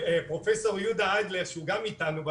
פרופ' יהודה אדלר שהוא גם איתנו,